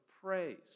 praise